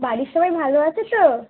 বাড়ির সবাই ভালো আছে তো